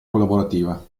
collaborativa